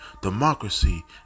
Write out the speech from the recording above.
Democracy